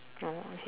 oh okay